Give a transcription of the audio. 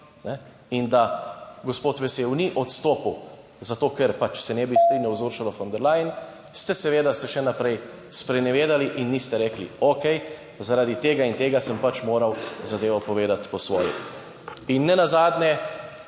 in da gospod Vesel ni odstopil zato, ker se ne bi strinjal z Ursulo von der Leyen. Seveda ste se še naprej sprenevedali in niste rekli, okej, zaradi tega in tega sem pač moral zadevo povedati po svoje. In nenazadnje,